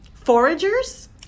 Foragers